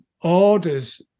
orders